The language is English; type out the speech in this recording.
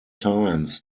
times